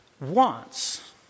wants